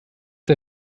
der